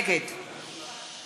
נגד